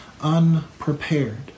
unprepared